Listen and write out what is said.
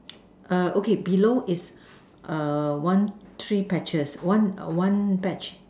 err okay below is err one tree patches one err one patch